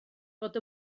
bod